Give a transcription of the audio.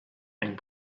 and